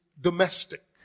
domestic